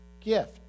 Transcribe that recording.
gift